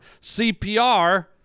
CPR